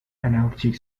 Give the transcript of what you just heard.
analytic